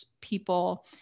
people